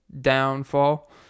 downfall